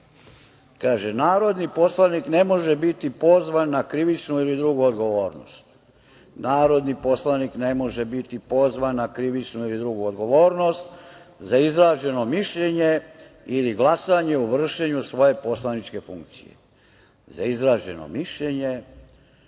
2. - Narodni poslanik ne može biti pozvan na krivičnu ili drugu odgovornost. Narodni poslanik ne može biti pozvan na krivičnu i drugu odgovornost za izraženo mišljenje ili glasanje u vršenju svoje poslaničke funkcije. Za izraženo mišljenje